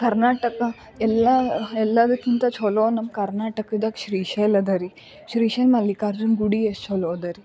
ಕರ್ನಾಟಕ ಎಲ್ಲ ಎಲ್ಲದಕ್ಕಿಂತ ಚೆಲೋ ನಮ್ಮ ಕರ್ನಾಟಕದಾಗೆ ಶ್ರೀಶೈಲ ಇದೆ ರೀ ಶ್ರೀಶೈಲ ಮಲ್ಲಿಕಾರ್ಜುನ ಗುಡಿ ಎಷ್ಟು ಚಲೋ ಅದ ರೀ